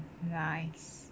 nice